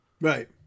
Right